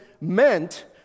meant